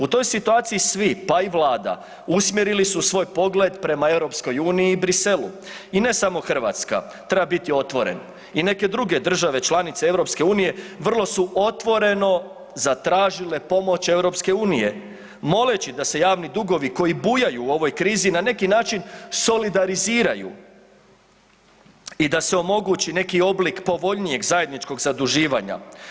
U toj situaciji svi, pa i vlada usmjerili su svoj pogled prema EU i Briselu i ne samo Hrvatska, treba biti otvoren, i neke druge države članice EU vrlo su otvoreno zatražile pomoć EU moleći da se javni dugovi koji bujaju u ovoj krizi na neki način solidariziraju i da se omogući neki oblik povoljnijeg zajedničkog zaduživanja.